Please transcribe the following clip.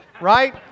right